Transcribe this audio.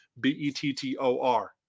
B-E-T-T-O-R